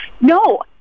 No